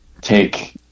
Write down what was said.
take